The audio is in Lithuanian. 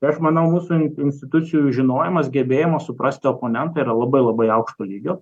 tai aš manau mūsų in institucijų žinojimas gebėjimas suprasti oponentą yra labai labai aukšto lygio